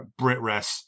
Britress